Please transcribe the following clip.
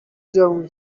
جوون